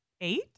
eight